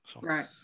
right